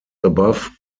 above